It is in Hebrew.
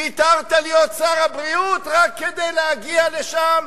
ויתרת על להיות שר הבריאות רק כדי להגיע לשם,